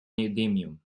neodymium